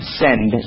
send